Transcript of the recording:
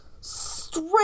straight